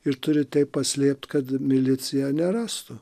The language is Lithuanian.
ir turi taip paslėpt kad milicija nerastų